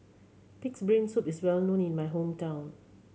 Pig's Brain Soup is well known in my hometown